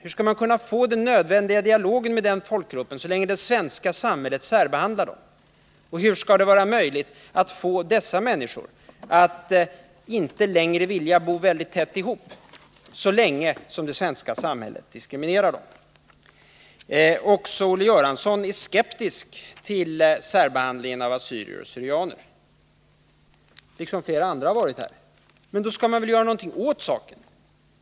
Hur skall man kunna få den nödvändiga dialogen med assyrierna och syrianerna så länge det svenska samhället särbehandlar dem? Hur skall det vara möjligt att få dessa människor att inte längre vilja bo väldigt tätt ihop så länge det svenska samhället diskriminerar dem? Liksom flera andra är Olle Göransson skeptisk till särbehandling av assyrier och syrianer. Men då skall man väl göra något åt saken!